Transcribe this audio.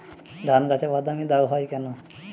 ধানগাছে বাদামী দাগ হয় কেন?